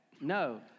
No